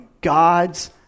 God's